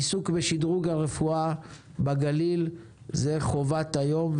עיסוק בשדרוג הרפואה בגליל זה חובת היום,